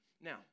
Now